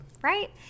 Right